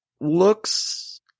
looks